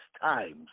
times